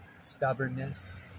stubbornness